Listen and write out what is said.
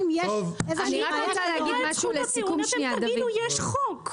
אבל אם יש את זכות הטיעון אתם תגידו שיש חוק.